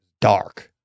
dark